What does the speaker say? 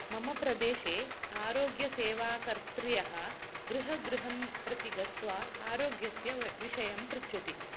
मम प्रदेशे आरोग्यसेवा कर्त्र्यः गृहगृहं प्रति गत्वा आरोग्यस्य व विषयं पृच्छति